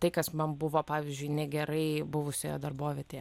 tai kas man buvo pavyzdžiui negerai buvusioje darbovietėje